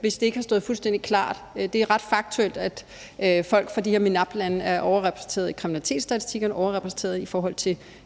hvis det ikke har stået fuldstændig klart, at det er ret faktuelt, at folk fra de her MENAPT-lande er overrepræsenteret i kriminalitetsstatistikkerne og i forhold til at stå uden